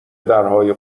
درهای